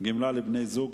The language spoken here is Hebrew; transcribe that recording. גמלה לבני-זוג),